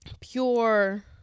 pure